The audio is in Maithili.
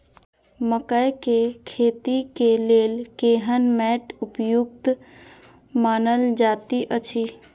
मकैय के खेती के लेल केहन मैट उपयुक्त मानल जाति अछि?